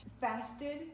Fasted